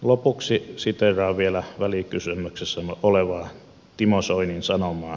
lopuksi siteeraan vielä välikysymyksessämme olevaa timo soinin sanomaa